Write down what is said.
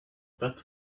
what